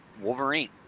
Wolverine